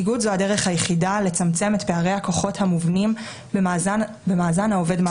איגוד זו הדרך היחידה לצמצם את פערי הכוחות המובנים במאזן העובד-מעביד.